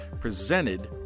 presented